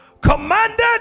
Commanded